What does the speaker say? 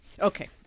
Okay